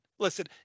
Listen